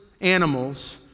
animals